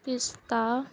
ਪਿਸਤਾ